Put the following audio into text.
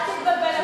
אל תתבלבל.